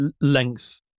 length